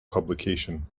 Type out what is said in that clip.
publication